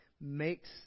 makes